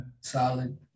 solid